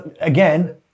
again